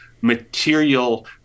material